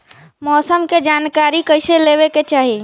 मौसम के जानकारी कईसे लेवे के चाही?